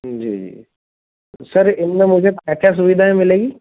जी sir इनमें मुझे अच्छा सुविधायें मिलेगी